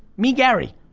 me, gary.